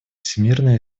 всемирной